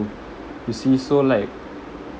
you see so like